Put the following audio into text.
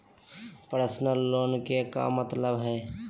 Personal loan के का मतलब हई?